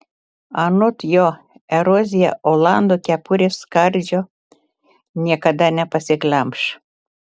anot jo erozija olando kepurės skardžio niekada nepasiglemš